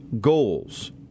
goals